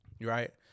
right